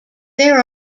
there